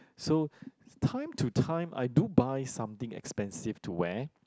so time to time I do buy something expensive to wear